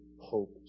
hope